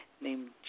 named